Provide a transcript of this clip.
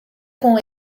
com